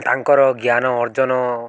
ତାଙ୍କର ଜ୍ଞାନ ଅର୍ଜନ